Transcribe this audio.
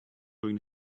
going